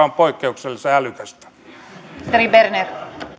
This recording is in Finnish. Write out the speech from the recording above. on poikkeuksellisen älykästä